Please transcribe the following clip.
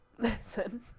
listen